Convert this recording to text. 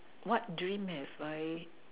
what dream have I